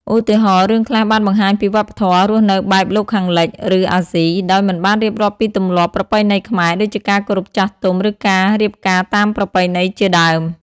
ឧទាហរណ៍ រឿងខ្លះបានបង្ហាញពីវប្បធម៌រស់នៅបែបលោកខាងលិច ឬអាស៊ី ដោយមិនបានរៀបរាប់ពីទម្លាប់ប្រពៃណីខ្មែរ ដូចជាការគោរពចាស់ទុំ ឬការរៀបការតាមប្រពៃណីជាដើម។